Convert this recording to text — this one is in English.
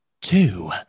two